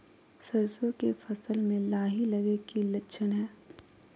सरसों के फसल में लाही लगे कि लक्षण हय?